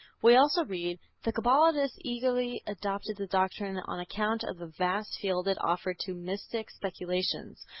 we also read, the cabalists eagerly adopted the doctrine on account of the vast field it offered to mystic speculations.